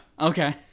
Okay